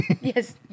Yes